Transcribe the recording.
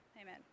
amen